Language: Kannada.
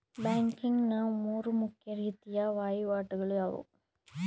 ಬ್ಯಾಂಕಿಂಗ್ ನ ಮೂರು ಮುಖ್ಯ ರೀತಿಯ ವಹಿವಾಟುಗಳು ಯಾವುವು?